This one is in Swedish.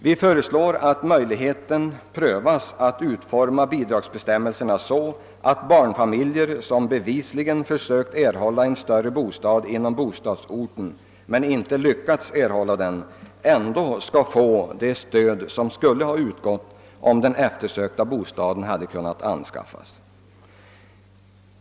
Vi föreslår att möjligheterna prövas att utforma bidragsbestämmelserna så, att barnfamiljer, som bevisligen har försökt erhålla en större bostad på bostadsorten men inte lyckats därmed, ändå får det stöd som skulle ha utgått om den eftersökta bostaden hade kunnat anskaffas.